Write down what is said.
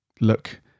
look